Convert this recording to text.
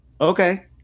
okay